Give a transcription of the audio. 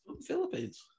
Philippines